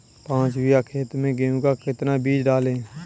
पाँच बीघा खेत में गेहूँ का कितना बीज डालें?